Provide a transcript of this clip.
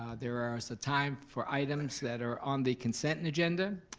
ah there are the time for items that are on the consent and agenda,